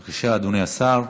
בבקשה, אדוני השר.